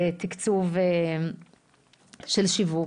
תקצוב של שיווק.